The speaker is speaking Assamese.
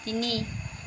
তিনি